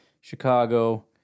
Chicago